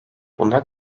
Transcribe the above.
buna